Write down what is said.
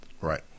Right